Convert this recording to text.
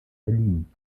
berlin